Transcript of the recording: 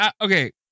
okay